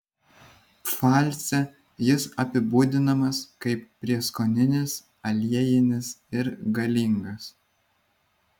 pfalce jis apibūdinamas kaip prieskoninis aliejinis ir galingas